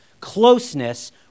closeness